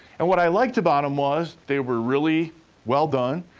and what i liked about them was they were really well done,